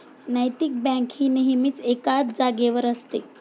नैतिक बँक ही नेहमीच एकाच जागेवर असते